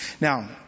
Now